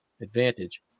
advantage